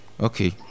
okay